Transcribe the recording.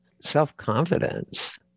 self-confidence